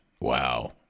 Wow